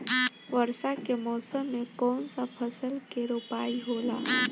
वर्षा के मौसम में कौन सा फसल के रोपाई होला?